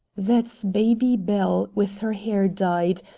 that's baby belle with her hair dyed,